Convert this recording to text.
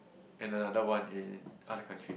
and another one in other country